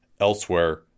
elsewhere